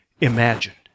imagined